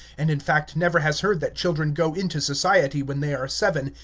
and, in fact, never has heard that children go into society when they are seven,